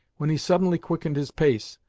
when he suddenly quickened his pace,